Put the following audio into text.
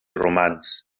romans